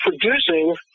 producing